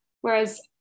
whereas